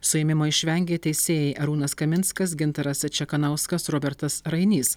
suėmimo išvengė teisėjai arūnas kaminskas gintaras čekanauskas robertas rainys